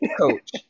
coach